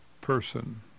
person